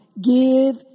Give